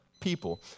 people